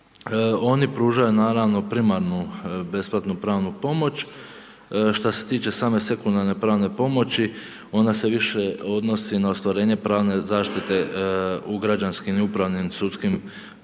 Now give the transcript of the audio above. Oni pružaju naravno primarnu besplatnu pravnu pomoć, šta se tiče same sekundarne pravne pomoći ona se više odnosi na ostvarenje pravne zaštite u građanskim i upravnim sudskim postupcima